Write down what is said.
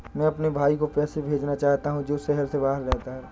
मैं अपने भाई को पैसे भेजना चाहता हूँ जो शहर से बाहर रहता है